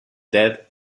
death